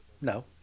No